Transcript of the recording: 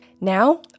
Now